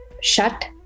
shut